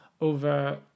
over